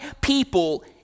people